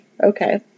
Okay